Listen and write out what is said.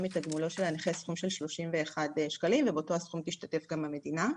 מתגמולו של הנכה סכום של 31 ₪ ובאותו הסכום תשתתף גם המדינה.